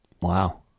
Wow